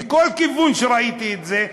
מכל כיוון שראיתי את זה,